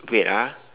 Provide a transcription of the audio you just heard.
wait ah